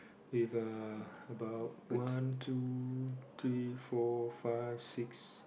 we've uh about about one two three four five six